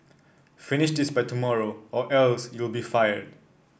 finish this by tomorrow or else you'll be fired